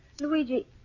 Luigi